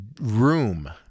room